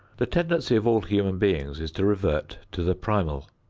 the tendency of all human beings is to revert to the primal.